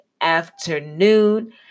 afternoon